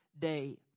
day